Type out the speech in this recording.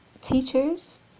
teachers